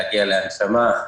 להגיע להנשמה.